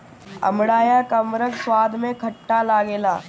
अमड़ा या कमरख स्वाद में खट्ट लागेला